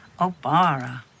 Obara